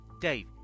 Dave